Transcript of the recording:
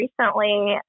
recently